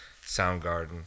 Soundgarden